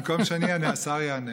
במקום שאני אענה, השר יענה.